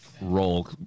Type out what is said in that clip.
role